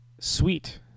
Sweet